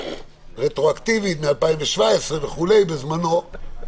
רטרואקטיבית מ-2017 וכו' בזמנו,